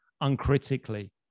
uncritically